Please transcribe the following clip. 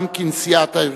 גם לנשיאת הארגון.